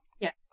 yes